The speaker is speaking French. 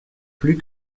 plus